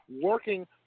working